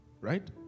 right